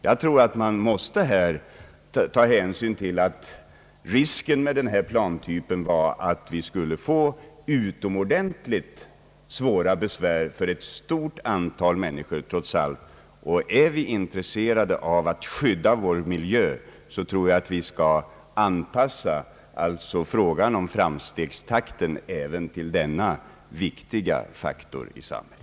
Jag tror att man här måste ta hänsyn till att risken med denna plantyp var att man skulle få utomordentligt svåra besvär för ett stort antal människor, trots allt. Är vi intresserade av att skydda vår miljö, tror jag att vi skall anpassa frågan om framstegstakten även till denna viktiga faktor i samhället.